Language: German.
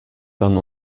dann